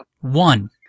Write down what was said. One